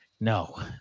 no